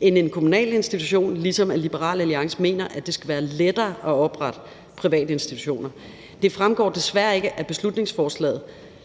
til en kommunal institution, ligesom Liberal Alliance mener, at det skal være lettere at oprette privatinstitutioner. Det fremgår desværre ikke af beslutningsforslaget,